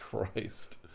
Christ